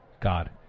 God